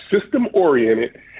system-oriented